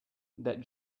that